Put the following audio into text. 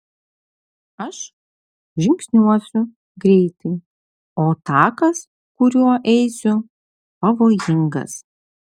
aš žingsniuosiu greitai o takas kuriuo eisiu pavojingas